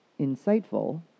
insightful